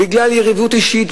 בגלל יריבות אישית,